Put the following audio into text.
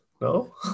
no